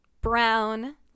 brown